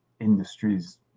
industries